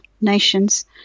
nations